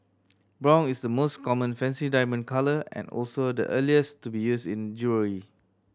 brown is the most common fancy diamond colour and also the earliest to be used in jewellery